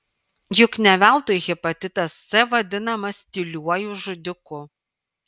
juk ne veltui hepatitas c vadinamas tyliuoju žudiku